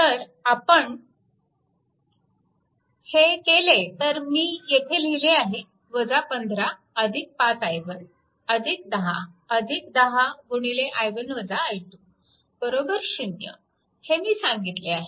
तर आपण हे केले तर मी येथे लिहिले आहे 15 5 i1 10 10 0 हे मी सांगितले आहे